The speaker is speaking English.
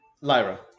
Lyra